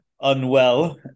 unwell